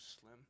slim